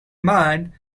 mind